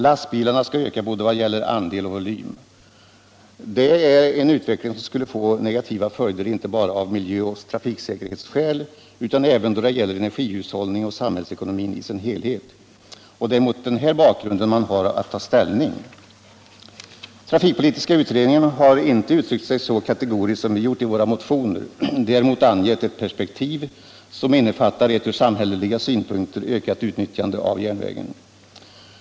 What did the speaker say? Lastbilarna skall öka både vad gäller andel och volym. Detta är en utveckling som skulle få negativa följder inte bara från miljö och trafiksäkerhetssynpunkter utan även då det gäller energihushållning och samhällsekonomi i dess helhet. Det är mot denna bakgrund som man har att ta ställning. Trafikpolitiska utredningen har inte uttryckt sig så kategoriskt som vi har gjort i våra motioner, men däremot har utredningen angett ett perspektiv som innefattar ett från samhälleliga synpunkter ökat utnytt Jande av järnvägen.